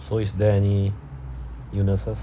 so is there any illnesses